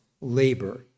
labor